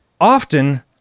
Often